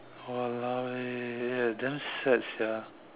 !walao! eh damn sad sia